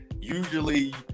Usually